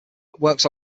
works